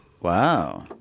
Wow